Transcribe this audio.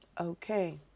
okay